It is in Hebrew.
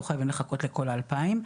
לא חייבים לחכות לכל ה-2,000,